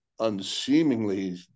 unseemingly